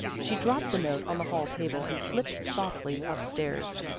she dropped the note on the hall table and slipped softly up-stairs.